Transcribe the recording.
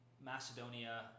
Macedonia